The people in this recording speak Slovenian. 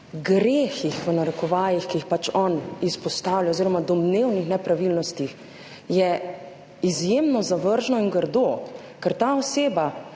grehih, v narekovajih, ki jih pač on izpostavlja, oziroma domnevnih nepravilnostih, je izjemno zavržno in grdo. Ker te osebe,